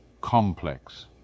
complex